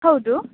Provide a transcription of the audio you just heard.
ಹೌದು